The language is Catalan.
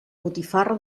botifarra